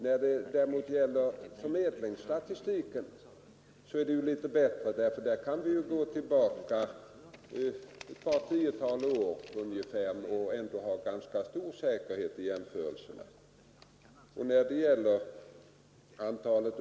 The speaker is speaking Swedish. När det gäller förmedlingsstatistiken är det litet bättre, där kan vi gå ett par tiotal år tillbaka i tiden och ändå ha ganska stor säkerhet i jämförelserna.